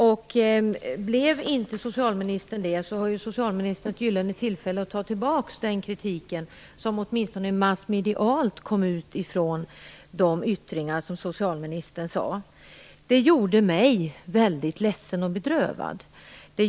Om så inte var fallet, har socialministern nu ett gyllene tillfälle att ta tillbaka den kritik som åtminstone i massmedierna kunde utläsas i socialministerns yttringar. Detta gjorde mig väldigt ledsen och bedrövad.